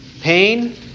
pain